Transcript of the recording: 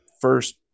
first